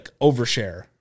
overshare